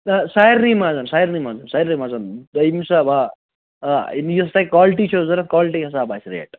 سارنٕے مَنٛز سارنٕے مَنٛز سارنٕے مَنٛز تۄہہِ ییٚمہِ حساب آ آ یُس تۄہہِ کالٹی چھو ضوٚرتھ کالٹی حساب آسہِ ریٹ